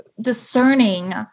discerning